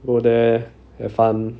go there have fun